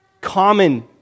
common